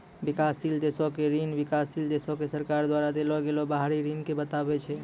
विकासशील देशो के ऋण विकासशील देशो के सरकार द्वारा देलो गेलो बाहरी ऋण के बताबै छै